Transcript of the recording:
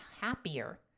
happier